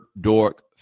dork